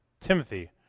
Timothy